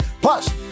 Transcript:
Plus